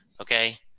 Okay